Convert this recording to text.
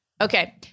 Okay